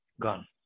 gone